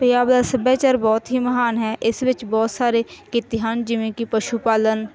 ਪੰਜਾਬ ਦਾ ਸੱਭਿਆਚਾਰ ਬਹੁਤ ਹੀ ਮਹਾਨ ਹੈ ਇਸ ਵਿੱਚ ਬਹੁਤ ਸਾਰੇ ਕਿੱਤੇ ਹਨ ਜਿਵੇਂ ਕਿ ਪਸ਼ੂ ਪਾਲਣ